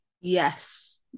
Yes